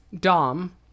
Dom